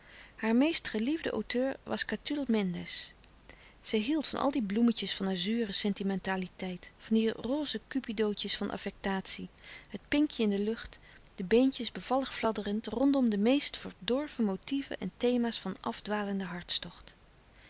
haar meest geliefde auteur was catulle mendes zij hield van al die bloemetjes van azuren sentimentaliteit van die roze cupidootjes van affectatie het pinkje in de lucht de beentjes bevallig fladderend rondom de meest verdorven motieven en thema's van afdwalenden